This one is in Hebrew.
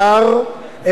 העברתי אותה הלאה,